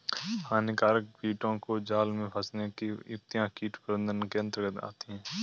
हानिकारक कीटों को जाल में फंसने की युक्तियां कीट प्रबंधन के अंतर्गत आती है